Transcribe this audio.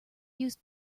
used